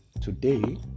today